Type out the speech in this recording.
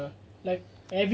ya like everywhere there's